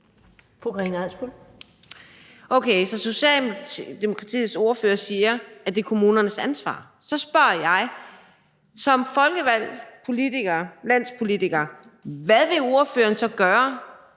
Okay, så Socialdemokratiets ordfører siger, at det er kommunernes ansvar. Så spørger jeg som folkevalgt politiker, landspolitiker: Hvad vil ordføreren så gøre,